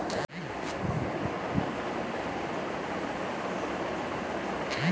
egg fruit মেক্সিকোতে canistel ফল নামে পরিচিত